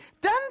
done